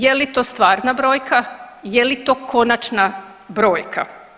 Je li to stvarna brojka, je li to konačna brojka?